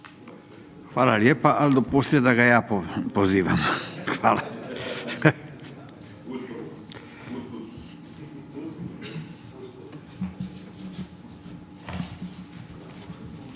Hvala lijepa, ali dopustite da ga ja pozivam, hvala.